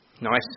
Nice